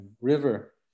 river